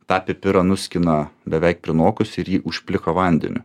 tą pipirą nuskina beveik prinokusį ir jį užpliko vandeniu